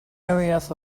areas